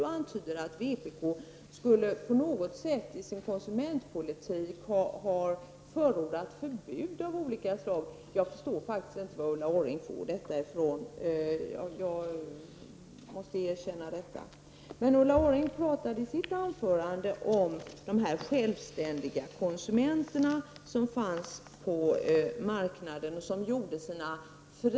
Här antyds att vpk i sin konsumentpolitik på något sätt skulle förorda förbud av olika slag. Men jag måste då säga att jag faktiskt inte förstår varifrån Ulla Orring har fått detta. Ulla Orring talade i sitt anförande om självständiga konsumenter på marknaden, som träffade fria val.